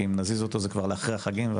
כי אם נזיז אותו זה יקרה אחרי החגים,